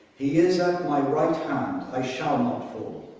he is at my right hand i shall not fall.